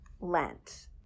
lent